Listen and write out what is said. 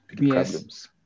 Yes